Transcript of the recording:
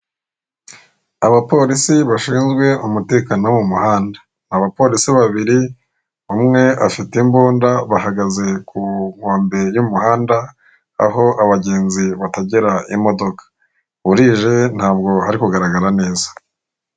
Abapolisi bashinzwe umutekano wo mu muhanda, abapolisi babiri umwe afite imbunda, bahagaze nku nkombe y'umuhanda aho abagenzi bategera imodoka, burije ntabwo hari kugaragara neza.